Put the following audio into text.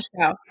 show